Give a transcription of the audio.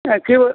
ஆ Keevalur